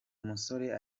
musore